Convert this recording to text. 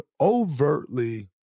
overtly